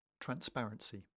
Transparency